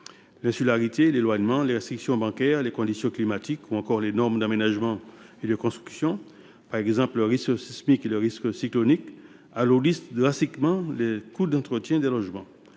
L’insularité, l’éloignement, les restrictions bancaires, les conditions climatiques ou encore les normes d’aménagement et de construction – il faut par exemple faire face aux risques sismique et cyclonique – alourdissent drastiquement les coûts d’entretien des logements.